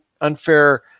unfair